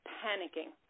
panicking